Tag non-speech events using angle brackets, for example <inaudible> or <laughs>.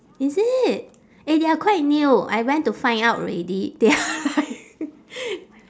is it eh they are quite new I went to find out already they are like <laughs>